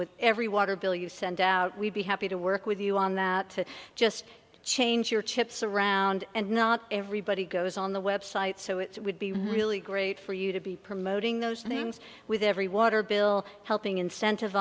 with every water bill you send out we'd be happy to work with you on that to just change your chips around and not everybody goes on the website so it would be really great for you to be promoting those things with every water bill helping incentiv